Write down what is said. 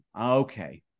okay